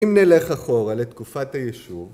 אם נלך אחורה לתקופת היישוב